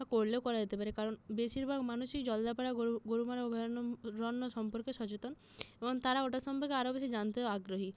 বা করলেও করা যেতে পারে কারণ বেশিরভাগ মানুষই জলদাপাড়া গরুমারা অভয়ারণ্য সম্পর্কে সচেতন এবং তারা ওটা সম্পর্কে আরো বেশি জানতে আগ্রহী